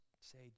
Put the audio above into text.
say